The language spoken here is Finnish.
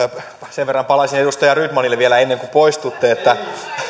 sen verran palaisin edustaja rydmanille vielä ennen kuin poistutte että